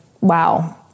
wow